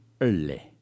early